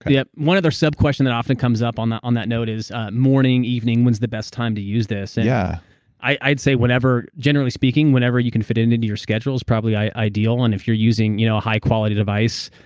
yep. one other sub question that often comes up on that on that note is morning evening, when is the best time to use this? yeah and i'd say whenever. generally speaking, whenever you can fit it into into your schedule is probably ideal. and if you're using you know a high quality device,